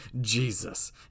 Jesus